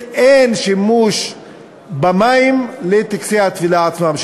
אין שימוש במים לטקסי הטבילה עצמם,